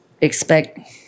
expect